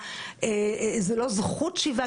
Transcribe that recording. זאת לא זכות שיבה,